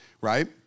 right